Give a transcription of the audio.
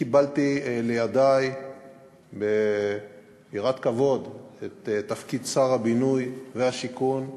קיבלתי לידי ביראת כבוד את תפקיד שר הבינוי והשיכון,